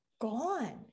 gone